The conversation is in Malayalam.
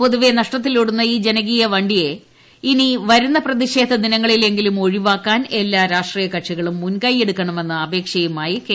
പൊതുവെ നഷ്ടത്തിലോടുന്ന ഈ ജനകീയ വണ്ടിയെ ഇനി വരുന്ന പ്രതിഷേധദിനങ്ങളിലെങ്കിലും ഒഴിവാക്കാൻ എല്ലാ രാഷ്ട്രൂീയ കക്ഷികളും മുൻകൈയ്യെടുക്കണമെന്ന പ്പി അപേക്ഷയുമായി കെ